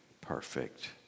perfect